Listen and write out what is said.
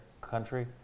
country